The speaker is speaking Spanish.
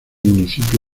municipio